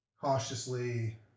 cautiously